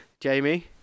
Jamie